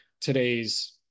today's